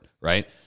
right